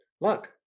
look